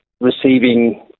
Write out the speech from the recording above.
receiving